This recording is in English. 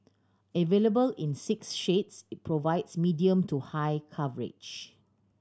available in six shades it provides medium to high coverage